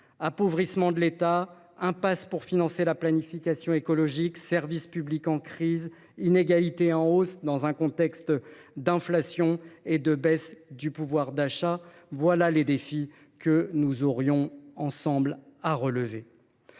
Appauvrissement de l’État, financement de la planification écologique dans l’impasse, services publics en crise, inégalités en hausse dans un contexte d’inflation et de baisse du pouvoir d’achat : voilà les défis que nous aurions ensemble à relever.